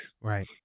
Right